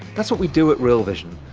that's what we do at real vision.